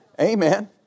Amen